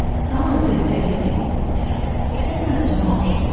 silence is deafening except when it's not.